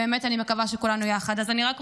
ואני באמת מקווה שכולנו יחד.